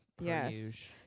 yes